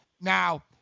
Now